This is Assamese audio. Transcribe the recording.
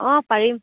অঁ পাৰিম